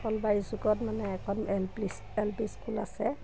মানে এখন L P L P school আছে